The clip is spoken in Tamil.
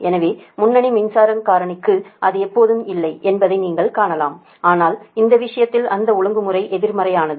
எனவே முன்னணி மின்சாரம் காரணிக்கு அது எப்போதும் இல்லை என்பதை நீங்கள் காணலாம் ஆனால் இந்த விஷயத்தில் அந்த ஒழுங்குமுறை எதிர்மறையானது